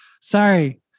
Sorry